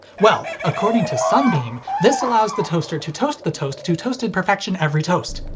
well, according to sunbeam, this allows the toaster to toast the toast to toasted perfection every toast.